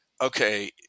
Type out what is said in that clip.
okay